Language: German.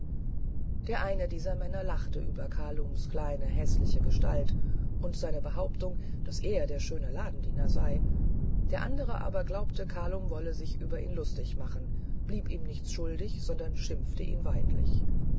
der eine dieser männer lachte über kalums kleine und häßliche gestalt und seine behauptung daß er der schöne ladendiener sei der andere aber glaubte kalum wolle sich über ihn lustig machen blieb ihm nichts schuldig sondern schimpfte ihn weidlich